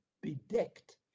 bedecked